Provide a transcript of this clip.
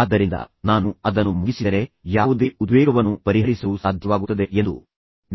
ಆದ್ದರಿಂದ ನಾನು ಅದನ್ನು ಮುಗಿಸಿದರೆ ನಾನು ಯಾವುದೇ ಉದ್ವೇಗವನ್ನು ಪರಿಹರಿಸಲು ಸಾಧ್ಯವಾಗುತ್ತದೆ ಎಂದು